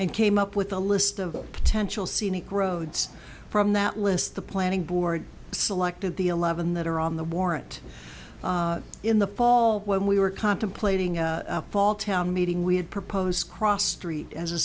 and came up with a list of potential scenic roads from that list the planning board selected the eleven that are on the warrant in the fall when we were contemplating a fall town meeting we had proposed cross street as a